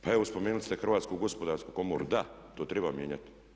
Pa evo spomenuli ste Hrvatsku gospodarsku komoru, da, to treba mijenjati.